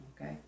Okay